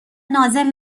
نازل